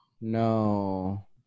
No